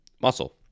muscle